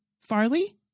Farley